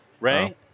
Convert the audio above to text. Ray